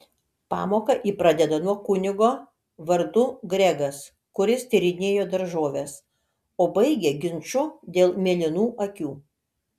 pamoką ji pradeda nuo kunigo vardu gregas kuris tyrinėjo daržoves o baigia ginču dėl mėlynų akių